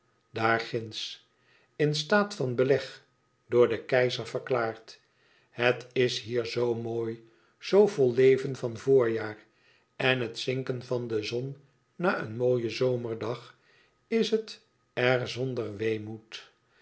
daar ginds in staat van beleg door den keizer verklaard het is hier zoo mooi zoo vol leven van voorjaar en het zinken van de zon na een mooien zomerdag is er zonder weemoed